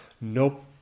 Nope